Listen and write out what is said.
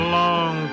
long